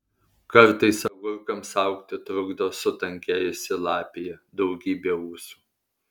kartais agurkams augti trukdo sutankėjusi lapija daugybė ūsų